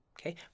Okay